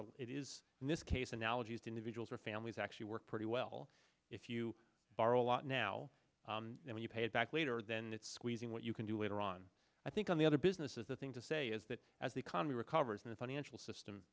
natural it is in this case analogies to individuals or families actually work pretty well if you borrow a lot now and you pay it back later than it's squeezing what you can do later on i think on the other businesses the thing to say is that as the economy recovers and the financial system